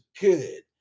good